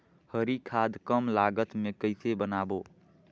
हरी खाद कम लागत मे कइसे बनाबो?